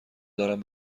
دارم